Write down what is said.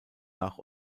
nach